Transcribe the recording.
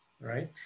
right